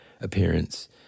appearance